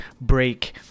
Break